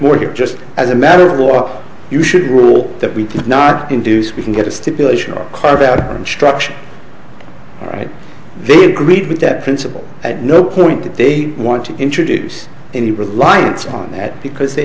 moore here just as a matter of law you should rule that we can not induce we can get a stipulation or carve out a structure right they agreed with that principle at no point that they want to introduce any reliance on that because they